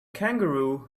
kangaroo